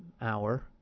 hour